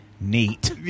neat